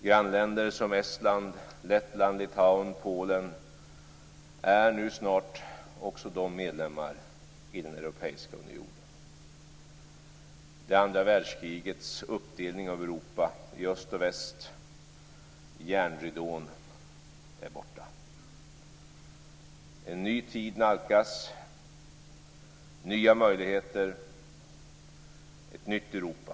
Grannländer som Estland, Lettland, Litauen och Polen är snart också medlemmar i den europeiska unionen. Det andra världskrigets uppdelning av Europa i öst och väst, järnridån, är borta. En ny tid nalkas, nya möjligheter, ett nytt Europa.